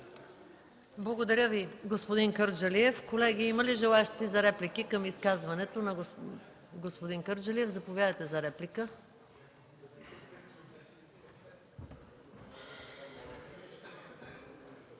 Благодаря Ви, господин Кърджалиев. Колеги, има ли желаещи за реплики към изказването на господин Кърджалиев. Заповядайте за реплика.